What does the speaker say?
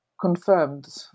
confirmed